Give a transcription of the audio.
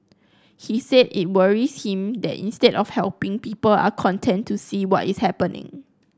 he said it worries him that instead of helping people are content to see what is happening